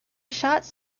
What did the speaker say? shots